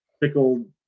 pickled